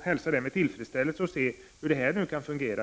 hälsa detta med tillfredsställelse och avvakta hur detta kan fungera.